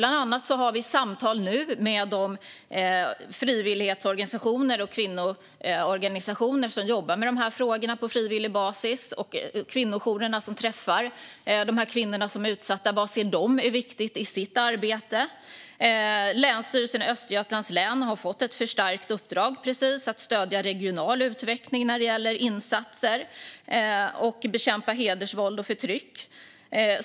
Bland annat för vi samtal med frivilligorganisationer och kvinnoorganisationer som jobbar med frågorna på frivillig basis, bland annat vad de kvinnojourer som träffar de utsatta kvinnorna anser är viktigt. Länsstyrelsen i Östergötlands län har fått ett förstärkt uppdrag att stödja regional utveckling när det gäller insatser för att bekämpa hedersvåld och förtryck.